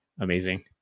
Amazing